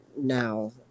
now